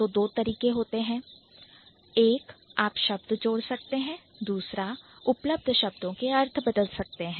तो 2 तरीके होते हैं एक आप शब्द जोड़ सकते हैं दूसरा आप उपलब्ध शब्दों के अर्थ बदल भी सकते हैं